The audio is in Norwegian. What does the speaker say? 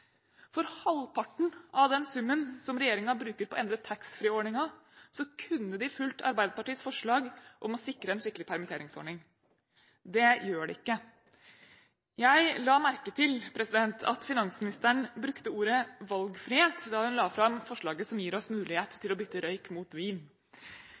For halvparten av den summen som regjeringen bruker på å endre taxfree-ordningen, kunne den fulgt Arbeiderpartiets forslag om å sikre en skikkelig permitteringsordning. Det gjør den ikke. Jeg la merke til at finansministeren brukte ordet valgfrihet da hun la fram forslaget som gir oss mulighet